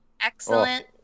excellent